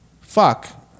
fuck